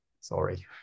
sorry